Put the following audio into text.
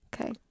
Okay